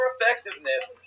effectiveness